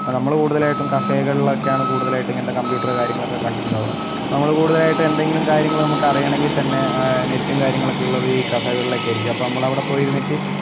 നമ്മള് കൂടുതലായിട്ടും കഫേകളിലൊക്കെയാണ് കൂടുതലായിട്ടും ഇങ്ങനത്തെ കംപ്യൂട്ടറ് കാര്യങ്ങളൊക്കെ കണ്ടിട്ടുണ്ടാവുക നമ്മള് കൂടുതലായിട്ട് എന്തെങ്കിലും കാര്യങ്ങള് നമുക്ക് അറിയണമെങ്കിൽ തന്നെ നെറ്റും കാര്യങ്ങളൊക്കെ ഉള്ളത് ഈ കഫേകളിലൊക്കെയായിരിക്കും അപ്പോൾ നമ്മൾ അവിടെ പോയിരുന്നിട്ട്